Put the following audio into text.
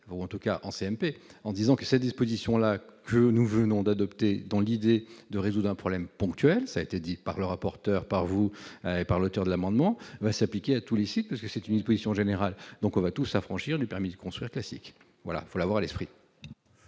ou en tout cas en CMP en disant que cette disposition-là que nous venons d'adopter dans l'idée de résoudre un problème ponctuel, ça a été dit par le rapporteur par vous et par l'auteur de l'amendement va s'appliquer à tous les sites parce que c'est une position générale donc, on va tous s'affranchir du permis de construire classique, voilà pour l'avoir à l'esprit.